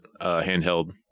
handheld